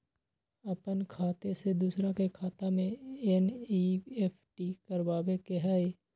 अपन खाते से दूसरा के खाता में एन.ई.एफ.टी करवावे के हई?